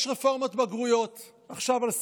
יש רפורמת בגרויות עכשיו על סדר-היום,